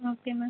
okay ma'am